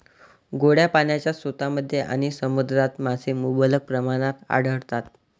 गोड्या पाण्याच्या स्रोतांमध्ये आणि समुद्रात मासे मुबलक प्रमाणात आढळतात